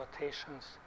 rotations